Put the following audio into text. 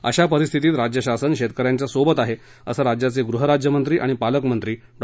अशा परिस्थितीत राज्य शासन शेतकऱ्यांच्या सोबत आहे असं राज्याचे गृहराज्यमंत्री आणि पालकमंत्री डॉ